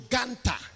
Ganta